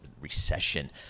recession